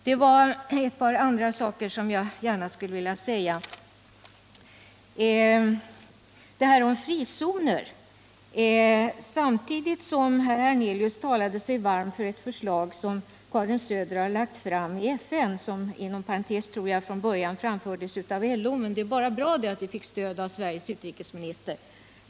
Det var ett par andra saker som jag gärna skulle vilja kommentera. Herr Hernelius talade sig varm för ett förslag som förutvarande utrikesministern Karin Söder har lagt fram i FN om skydd för fackliga representanter — ett förslag som jag inom parentes sagt tror från början framfördes av LO, men det är bara bra att det fick stöd av Sveriges utrikesminister.